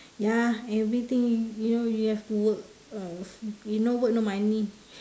ya everything you know you have to work uh if no work no money